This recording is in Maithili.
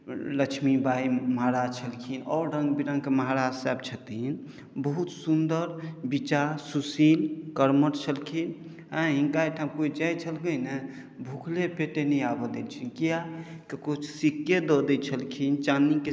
लक्ष्मीबाइ महाराज छलखिन आओर रङ्ग बिरङ्गके महाराज छथिन बहुत सुन्दर विचार सुशील कर्मठ छलखिन अँइ हिनका ओहिठाम कोइ जाइ छलखिन नहि भुखले पेटे नहि आबै दै छै कियाकि कुछ सिक्के दऽ दै छलखिन चानीके